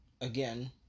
again